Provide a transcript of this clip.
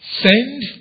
send